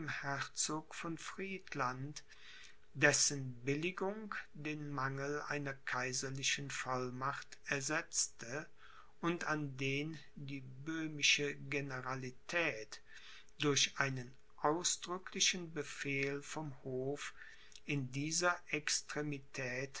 von friedland dessen billigung den mangel einer kaiserlichen vollmacht ersetzte und an den die böhmische generalität durch einen ausdrücklichen befehl vom hof in dieser